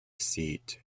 seat